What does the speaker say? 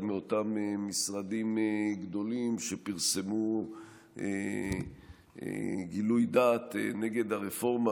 מאותם משרדים גדולים שפרסמו גילוי דעת נגד הרפורמה,